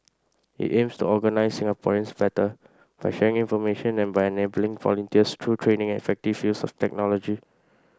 it aims to organise Singaporeans better by sharing information and by enabling volunteers through training and effective use of technology